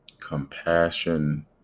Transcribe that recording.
compassion